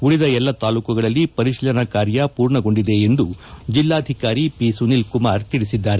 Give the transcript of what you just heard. ಉಳಿದ ಎಲ್ಲ ತಾಲೂಕುಗಳಲ್ಲಿ ಪರಿಶೀಲನಾ ಕಾರ್ಯ ಪೂರ್ಣಗೊಂಡಿದೆ ಎಂದು ಜಿಲ್ಲಾಧಿಕಾರಿ ಖಿಸುನಿಲ್ ಕುಮಾರ್ ತಿಳಿಸಿದ್ದಾರೆ